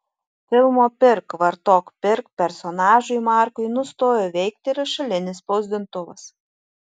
filmo pirk vartok pirk personažui markui nustojo veikti rašalinis spausdintuvas